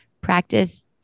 practice